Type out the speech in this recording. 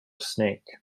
snake